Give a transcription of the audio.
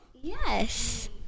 Yes